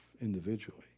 individually